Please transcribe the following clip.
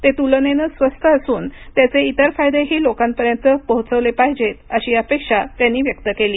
ते तुलनेने स्वस्त असून त्याचे इतर फायदेही लोकांपर्यंत पोहोचवले पाहिजेत अशी अपेक्षा त्यानी व्यक्त केली